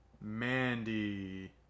Mandy